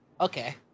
okay